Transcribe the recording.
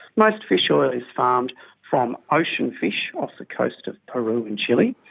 most fish oil is farmed from ocean fish off the coast of peru and chile.